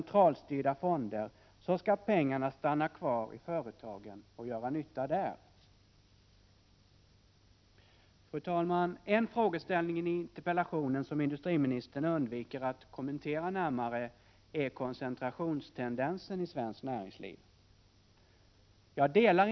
Det diskuteras på allvar som nästa steg mot en total statlig/kommunal kontroll av utvecklandet av de små företagen. Jag vill ställa en fråga till industriministern: Kommer industriministern att medverka till den skisserade utvecklingen, som inte minst tycks vara angelägen för facket?